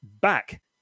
back